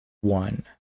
one